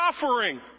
suffering